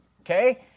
okay